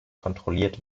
kontrolliert